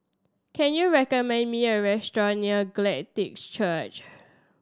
can you recommend me a restaurant near Glad Tidings Church